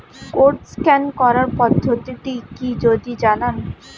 Code scan করার পদ্ধতিটি কি যদি জানান?